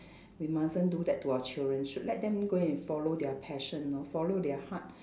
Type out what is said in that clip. we mustn't do that to our children should let them go and follow their passion lor follow their heart